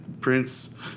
prince